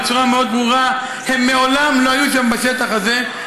בצורה מאוד ברורה: הם מעולם לא היו בשטח הזה,